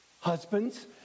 Husbands